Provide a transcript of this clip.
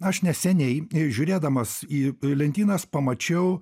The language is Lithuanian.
aš neseniai žiūrėdamas į lentynas pamačiau